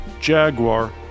Jaguar